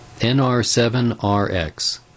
NR7RX